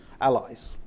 allies